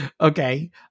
Okay